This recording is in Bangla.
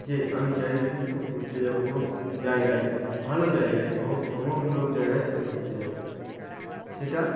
যে আমি চারিদিকে একটু ঘুরতে যাবো কোনো জায়গায় ভালো জায়গায় ভ্রমমূলক জায়গায় আমি ঘুরতে যাবো সেটা